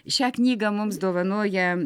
šią knygą mums dovanoja